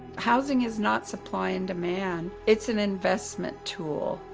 housing is not supply and demand. it's an investment tool.